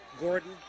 Gordon